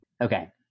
Okay